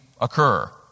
occur